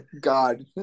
God